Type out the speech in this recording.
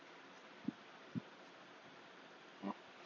mm